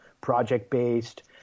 project-based